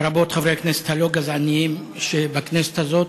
לרבות חברי הכנסת הלא-גזענים שבכנסת הזאת.